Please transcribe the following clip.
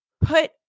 put